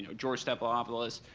george stephanopoulos,